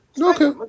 Okay